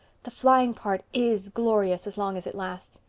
the flying part is glorious as long as it lasts.